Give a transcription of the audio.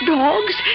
dogs